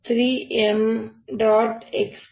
xxxxyyzzr5mxxr3 3m